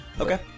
Okay